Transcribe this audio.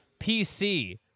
PC